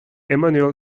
emanuel